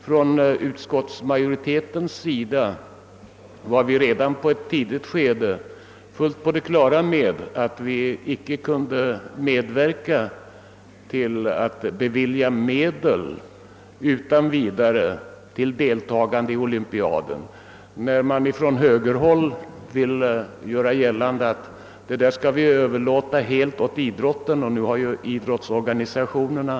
Inom utskottsmajoriteten var vi redan i ett tidigt skede fullt på det klara med att vi icke utan vidare kunde medverka till att bevilja medel för deltagande i olympiaden. Från högerhåll vill man göra gällande att detta ställningstagande helt skall överlåtas åt idrottsorganisationerna.